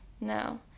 no